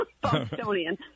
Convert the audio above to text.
Bostonian